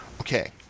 Okay